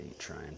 trying